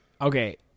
Okay